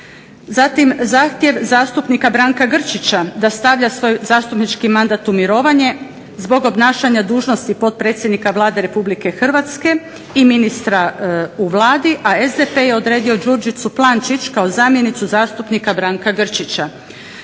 Zatim zahtjev zastupnika Branka Grčića da stavlja svoj mandat u mirovanje zbog obnašanja dužnosti ministra u Vladi Republike Hrvatske a SDP je odredio Đurđicu PLančić kao zamjenicu zastupnika Branka Grčića,